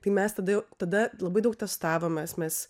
tai mes tada jau tada labai daug testavomės mes